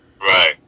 Right